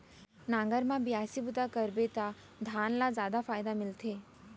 नांगर म बियासी बूता ल करबे त धान ल जादा फायदा मिलथे